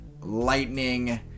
lightning